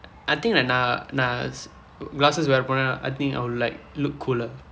I think the நான் நான்:naan naan glasses wear பன்னேன்னா:panneennaa I I think I will like look cooler